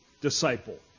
disciple